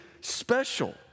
special